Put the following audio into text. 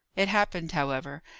it happened, however,